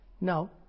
No